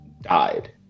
died